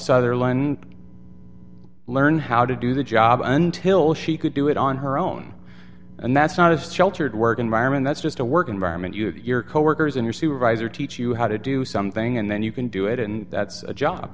sutherland learn how to do the job until she could do it on her own and that's not as sheltered work environment that's just a work environment you your coworkers and your supervisor teach you how to do something and then you can do it and that's a job